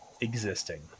existing